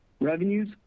Revenues